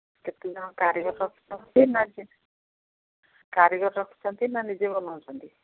କେତେ ଜଣ କାରିଗର ରଖିଛ କାରିଗର ରଖିଛନ୍ତି ନା ନିଜେ ବନଉଛନ୍ତି